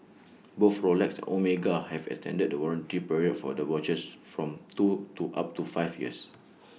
both Rolex Omega have extended the warranty period for their watches from two to up to five years